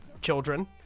Children